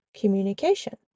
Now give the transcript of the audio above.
Communication